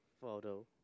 Photo